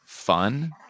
fun